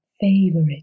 favorite